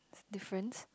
difference